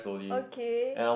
okay